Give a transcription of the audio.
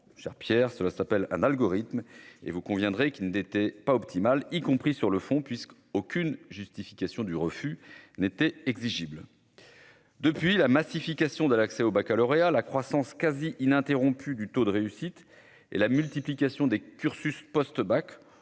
cher Pierre, cela s'appelle un algorithme, et vous conviendrez qu'il n'était pas optimale, y compris sur le fond puisque aucune justification du refus n'était exigible depuis la massification de l'accès au Baccalauréat, la croissance quasi-ininterrompue du taux de réussite et la multiplication des cursus Post bac